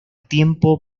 tiempo